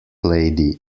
lady